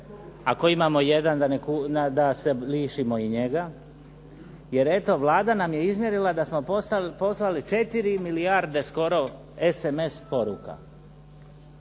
ako imamo 1 da se lišimo i njega jer eto, Vlada nam je izmjerila da smo poslali 4 milijarde skoro SMS poruka.